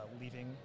leaving